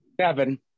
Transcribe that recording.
seven